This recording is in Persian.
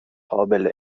قابل